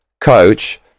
coach